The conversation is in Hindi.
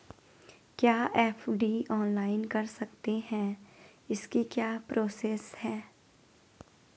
क्या एफ.डी ऑनलाइन कर सकते हैं इसकी क्या प्रोसेस है?